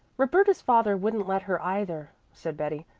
roberta's father wouldn't let her either, said betty,